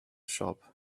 shop